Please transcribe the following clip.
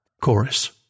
Chorus